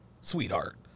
sweetheart